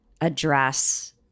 address